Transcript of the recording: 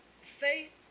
faith